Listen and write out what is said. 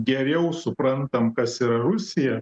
geriau suprantam kas yra rusija